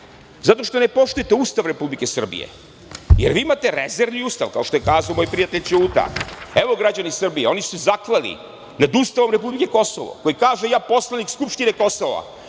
zato što ne poštujete Ustav Republike Srbije. Jel vi imate rezervni Ustav, kao što je kazao moj prijatelj Ćuta? Građani Srbije, evo, oni su se zakleli nad Ustavom republike Kosovo, koji kaže - ja, poslanik skupštine Kosova,